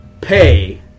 pay